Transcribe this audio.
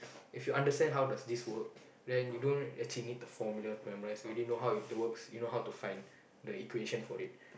if you understand how does this work then you don't actually need the formula to memorise you already know how th~ it works you know how to find the equation for it